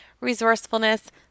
resourcefulness